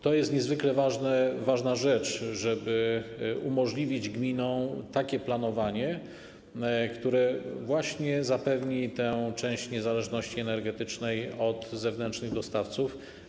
To jest niezwykle ważna rzecz, żeby umożliwić gminom takie planowanie, które zapewni tę część niezależności energetycznej od zewnętrznych dostawców.